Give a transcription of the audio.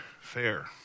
fair